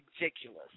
ridiculous